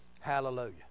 hallelujah